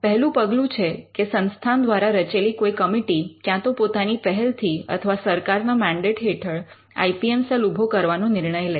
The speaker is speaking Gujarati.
પહેલું પગલું એ છે કે સંસ્થાન દ્વારા રચેલી કોઈ કમિટી કાં તો પોતાની પહેલથી અથવા સરકારના મૅન્ડેટ હેઠળ આઇ પી એમ સેલ ઉભો કરવાનો નિર્ણય લે